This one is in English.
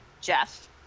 Jeff